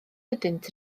ydynt